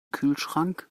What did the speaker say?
kühlschrank